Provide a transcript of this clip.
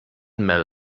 mel